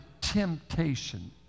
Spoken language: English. temptation